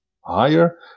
higher